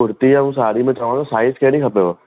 कुर्ती ऐं साड़ी में चवां थो साइज़ कहिड़ी खपेव